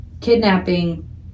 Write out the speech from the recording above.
kidnapping